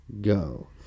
go